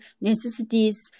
necessities